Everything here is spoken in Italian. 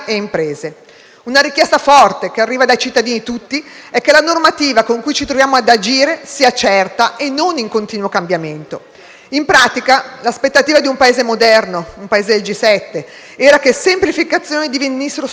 Una richiesta forte, che arriva da tutti i cittadini, è che la normativa con cui ci troviamo ad agire sia certa e non in continuo cambiamento. In pratica, l'aspettativa di un Paese moderno, un Paese del G7, era che le semplificazioni divenissero strutturali,